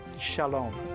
Shalom